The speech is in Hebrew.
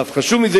ואף חשוב מזה,